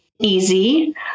easy